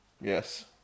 Yes